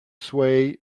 sway